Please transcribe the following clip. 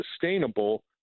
sustainable